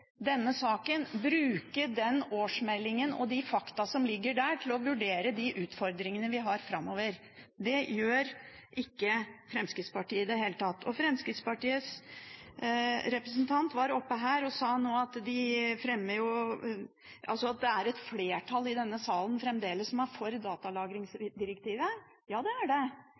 denne saken – bruke årsmeldingene og de fakta som ligger der, til å vurdere de utfordringene vi har framover. Dette gjør ikke Fremskrittspartiet i det hele tatt. Fremskrittspartiets representant var her oppe nå og sa at i denne salen er det fremdeles flertall for datalagringsdirektivet. Ja, det er det.